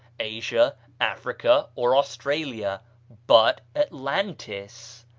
asia, africa, or australia but atlantis.